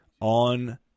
on